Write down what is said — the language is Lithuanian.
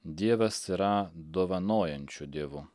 dievas yra dovanojančiu dievu